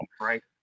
right